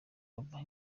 zoba